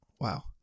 Wow